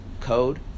code